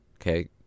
okay